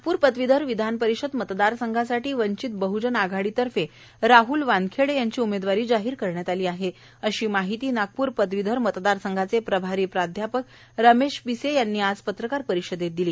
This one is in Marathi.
नागपूर पदवीधर विधानपरिषद मतदार संघासाठी वंचित बहजन आघाडी तर्फे राहल वानखेडे यांची उमेदवारी जाहीर करण्यात आली आहे अशी माहिती नागपूर पदवीधर मतदार संघाचे प्रभारी प्राध्यापक रमेश पिसे यांनी आज पत्रकार परिषदेमध्ये दिली